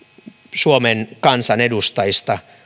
suomen kansan edustajista